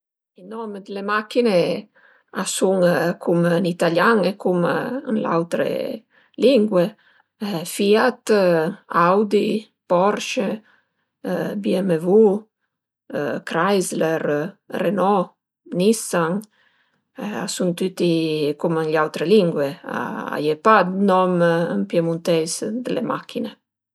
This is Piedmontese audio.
I nom d'le machine a sun cum ën italian, cum ën l'autre lingue FIAT, Audi, Porsche, BMW, Chrysler, Renault, Nissan, a sun tüti cum ën gl'autre lingue, a ie pa 'd nom ën piemunteis d'le machine